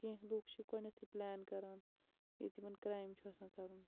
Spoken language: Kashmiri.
کینٛہہ لوٗکھ چھِ گۄڈٕنیٚتھٕے پٕلان کَران یہِ تِمَن کرٛایم چھُ آسان کَرُن